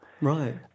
right